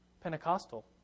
Pentecostal